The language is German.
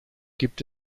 gibt